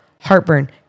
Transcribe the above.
heartburn